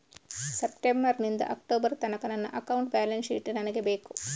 September ನಿಂದ October ತನಕ ನನ್ನ ಅಕೌಂಟ್ ಬ್ಯಾಲೆನ್ಸ್ ಶೀಟ್ ನನಗೆ ಬೇಕು